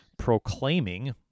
proclaiming